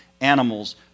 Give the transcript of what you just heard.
animals